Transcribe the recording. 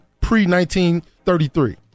pre-1933